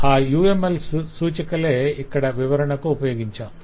ఆ UML సూచికలే ఇక్కడ వివరణకు ఉపయోగించాం